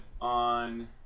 on